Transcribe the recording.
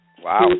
Wow